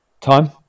time